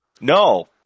No